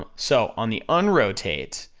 um so, on the un-rotate,